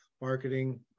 marketing